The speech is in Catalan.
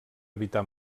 evitar